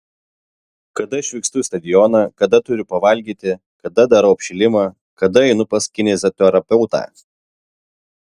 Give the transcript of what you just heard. kada išvykstu į stadioną kada turiu pavalgyti kada darau apšilimą kada einu pas kineziterapeutą